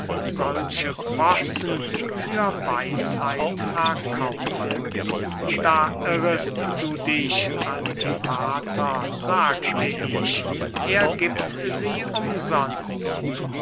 solche possen für weisheit verkaufe da irrest du dich antipater sagte ich er giebt sie umsonst